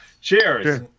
Cheers